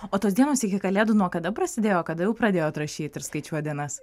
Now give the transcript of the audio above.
o tos dienos iki kalėdų nuo kada prasidėjo kada jau pradėjot rašyt ir skaičiuot dienas